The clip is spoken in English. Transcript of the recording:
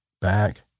back